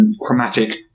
chromatic